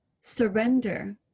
surrender